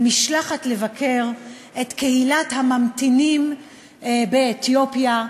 במשלחת, לבקר את קהילת הממתינים באתיופיה,